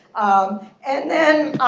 um and then